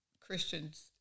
Christians